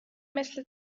مثل